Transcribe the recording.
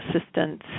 assistance